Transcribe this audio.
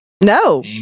no